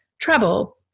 trouble